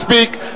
מספיק.